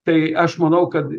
tai aš manau kad